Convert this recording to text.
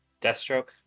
Deathstroke